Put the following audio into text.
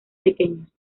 pequeños